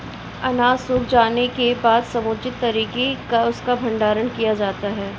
अनाज सूख जाने के बाद समुचित तरीके से उसका भंडारण किया जाता है